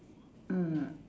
mm